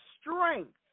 strength